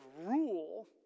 rule